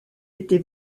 été